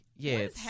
Yes